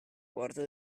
porta